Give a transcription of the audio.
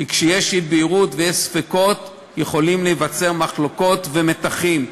כי כשיש אי-בהירות ויש ספקות יכולים להיווצר מחלוקות ומתחים.